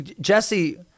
Jesse